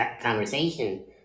conversation